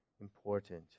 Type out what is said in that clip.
important